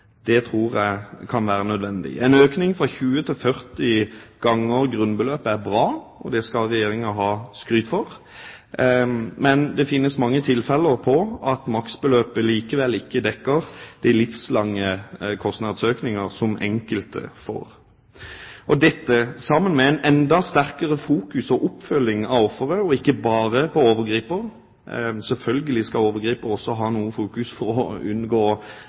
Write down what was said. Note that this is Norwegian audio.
tilfellene, tror jeg kan være nødvendig. En økning fra 20 til 40 ganger grunnbeløpet er bra, det skal Regjeringa ha skryt for. Men det finnes mange tilfeller der maksbeløpet likevel ikke dekker de livslange kostnadsøkninger som enkelte får. Dette, sammen med et enda sterkere fokus og en sterkere oppfølging av offeret, ikke bare av overgriper – selvfølgelig skal det også være noe fokus på overgriper for å unngå